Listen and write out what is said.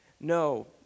no